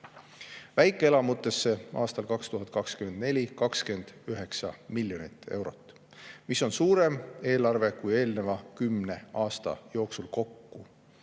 Väikeelamutesse [investeerime] 2024. aastal 29 miljonit eurot, mis on suurem eelarve kui eelneva kümne aasta jooksul kokku.